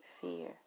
fear